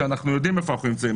ואנחנו יודעים איפה אנחנו נמצאים,